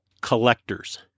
collectors